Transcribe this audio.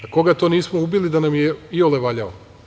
A koga to nismo ubili a da nam je iole valjao?